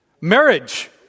Marriage